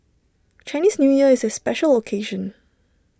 Chinese New Year is A special occasion